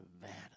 Nevada